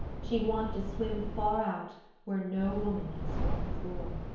she wanted to swim far out, where no woman had swum before.